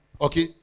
Okay